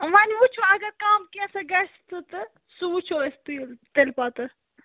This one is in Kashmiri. وۅَنۍ وُچھو اگر کَم کینٛہہ ژھَ گَژھِ تہِ تہٕ سُہ وُچھو أسۍ تل تیٚلہِ پَتہٕ